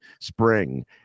spring